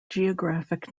geographic